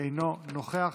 אינה נוכחת,